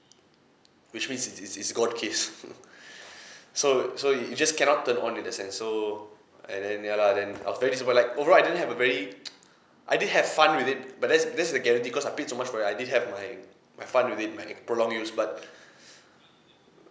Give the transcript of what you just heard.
which means it's it's it's gone case so so it it just cannot turn on in that sense so and then ya lah then I was very disappoint like overall I didn't have a very I did have fun with it but that's that's the guarantee cause I paid so much for it I didn't have my my fun with it my in prolonged use but